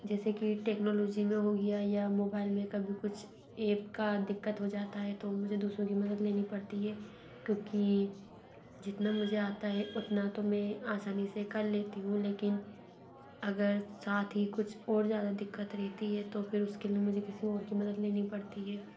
जैसे कि टेक्नोलोजी में हो गया या मोबाइल में कभी कुछ एप की दिक्कत हो जाती है तो मुझे दूसरों की मदद लेनी पड़ती है क्योंकि जितना मुझे आता है उतना तो मैं आसानी से कर लेती हूँ लेकिन अगर साथ ही कुछ और ज़्यादा दिक्कत रहती है तो फिर उसके लिए मुझे किसी और की मदद लेनी पड़ती है